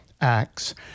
Acts